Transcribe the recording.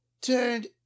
turned